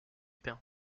pain